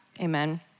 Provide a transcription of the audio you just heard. Amen